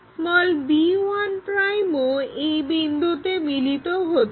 b1 ও এই বিন্দুতে মিলিত হচ্ছে